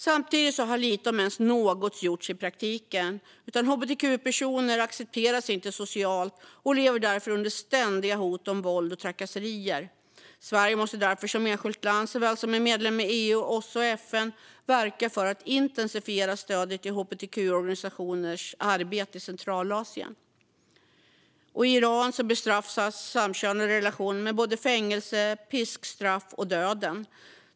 Samtidigt har lite, om ens något, gjorts i praktiken. Hbtq-personer accepteras inte socialt och lever därför under ständigt hot om våld och trakasserier. Sverige måste därför både som enskilt land och som medlem i EU, OSSE och FN verka för att intensifiera stödet till hbtq-organisationers arbete i Centralasien. I Iran bestraffas samkönade relationer med både fängelse, piskstraff och döden.